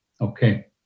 Okay